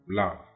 love